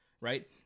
right